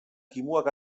kimuak